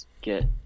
get